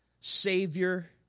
Savior